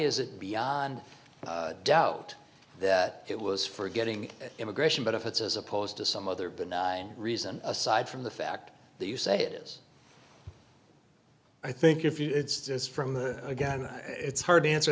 is it beyond doubt that it was for getting immigration but if it's as opposed to some other benign reason aside from the fact that you say it is i think if you it's just from her again it's hard to answer